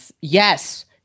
Yes